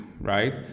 Right